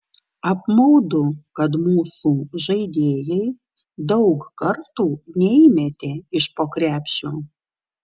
apmaudu kad mūsų žaidėjai daug kartų neįmetė iš po krepšio